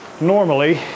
normally